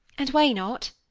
and why not?